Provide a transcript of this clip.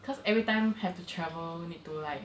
cause everytime have to travel you need to like